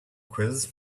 quiz